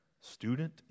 student